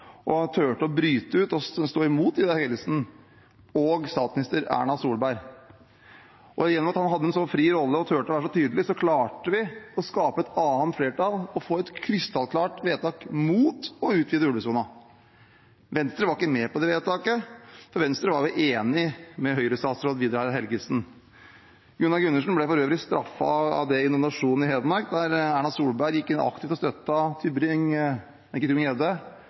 turte å bryte ut og stå imot Vidar Helgesen og statsminister Erna Solberg. Gjennom at han hadde en så fri rolle og turte å være så tydelig, klarte vi å skape et annet flertall og få et krystallklart vedtak mot å utvide ulvesonen. Venstre var ikke med på det vedtaket, for Venstre var enig med Høyre-statsråd Vidar Helgesen. Gunnar Gundersen ble for øvrig straffet for det i nominasjonen i Hedmark, da Erna Solberg gikk aktivt inn og